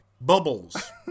Bubbles